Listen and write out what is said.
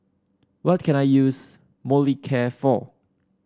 what can I use Molicare for